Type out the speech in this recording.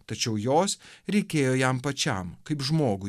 tačiau jos reikėjo jam pačiam kaip žmogui